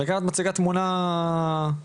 ואת מציגה תמונה קשה.